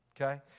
Okay